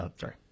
Sorry